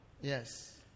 Yes